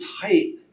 tight